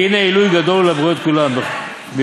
כי הנה עילוי גדול הוא לבריות כולם בהיותם